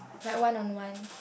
like one on one